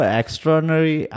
extraordinary